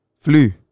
flu